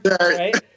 right